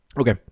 Okay